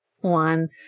one